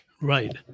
Right